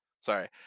Sorry